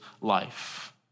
life